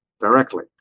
directly